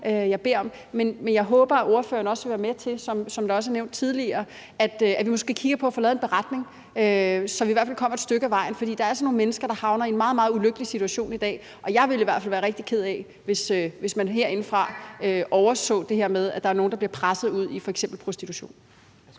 jeg beder om. Men jeg håber, at ordføreren også vil være med til, som der også blev nævnt tidligere, at vi måske kigger på at få lavet en beretning, så vi i hvert fald kommer et stykke ad vejen. For der er altså nogle mennesker, der havner i en meget, meget ulykkelig situation i dag, og jeg ville i hvert fald være rigtig ked af det, hvis man herindefra overså det her med, at der er nogle, der bliver presset ud i f.eks. prostitution.